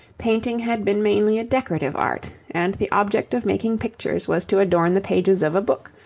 painting had been mainly a decorative art, and the object of making pictures was to adorn the pages of a book,